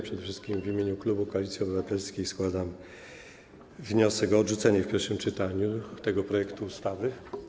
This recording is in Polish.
Przede wszystkim w imieniu klubu Koalicji Obywatelskiej składam wniosek o odrzucenie w pierwszym czytaniu tego projektu ustawy.